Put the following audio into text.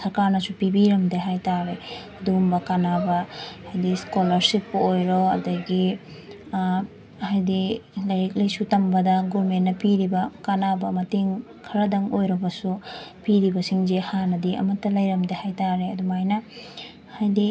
ꯁꯔꯀꯥꯔꯅꯁꯨ ꯄꯤꯕꯤꯔꯝꯗꯦ ꯍꯥꯏ ꯇꯥꯔꯦ ꯑꯗꯨꯒꯨꯝꯕ ꯀꯥꯥꯅꯕ ꯍꯥꯏꯗꯤ ꯏꯁꯀꯣꯂꯥꯔꯁꯤꯞꯄꯨ ꯑꯣꯏꯔꯣ ꯑꯗꯒꯤ ꯍꯥꯏꯗꯤ ꯂꯥꯏꯔꯤꯛ ꯂꯥꯏꯁꯨ ꯇꯝꯕꯗ ꯒꯣꯔꯃꯦꯟꯅ ꯄꯤꯔꯤꯕ ꯀꯥꯅꯕ ꯃꯇꯦꯡ ꯈꯔꯗꯪ ꯑꯣꯏꯔꯕꯁꯨ ꯄꯤꯔꯤꯕꯁꯤꯡꯁꯦ ꯍꯥꯟꯅꯗꯤ ꯑꯃꯠꯇ ꯂꯩꯔꯝꯗꯦ ꯍꯥꯏ ꯇꯥꯔꯦ ꯑꯗꯨꯃꯥꯏꯅ ꯍꯥꯏꯗꯤ